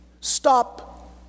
Stop